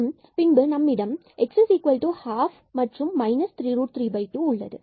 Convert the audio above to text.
மற்றும் பின்பு நம்மிடம் x12 32 உள்ளது